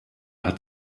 hat